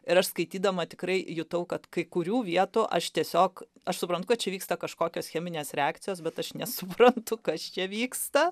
ir aš skaitydama tikrai jutau kad kai kurių vietų aš tiesiog aš suprantu kad čia vyksta kažkokios cheminės reakcijos bet aš nesupratau kas čia vyksta